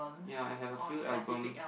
ya I have a few albums